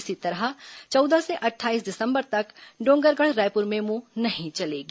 इसी तरह चौदह से अट्ठाईस दिसंबर तक डोंगरगढ रायपुर मेमू नहीं चलेगी